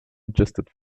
adjusted